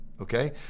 okay